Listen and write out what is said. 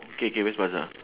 K K west plaza